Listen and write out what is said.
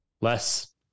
less